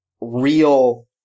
Real